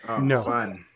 No